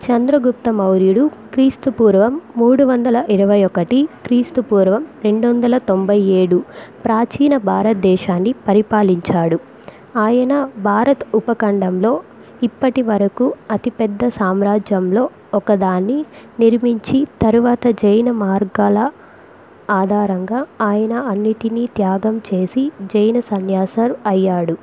చంద్రగుప్త మౌర్యుడు క్రీస్తుపూర్వం మూడు వందల ఇరవై ఒకటి క్రీస్తుపూర్వం రెండు వందల తొంభై ఏడు ప్రాచీన భారతదేశాన్ని పరిపాలించాడు ఆయన భారత్ ఉపఖండంలో ఇప్పటివరకు అతిపెద్ద సామ్రాజ్యంలో ఒకదాని నిర్మించి తరువాత జైన మార్గాల ఆధారంగా ఆయన అన్నింటినీ త్యాగం చేసి జైన సన్యాసి అయ్యాడు